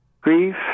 Grief